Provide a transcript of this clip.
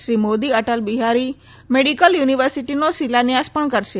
Shri Modi Atal Bihari medical યુનિવર્સિટીનો શિલાન્યાસ પણ કરશે